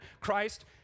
Christ